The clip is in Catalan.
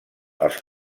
els